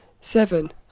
seven